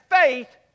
faith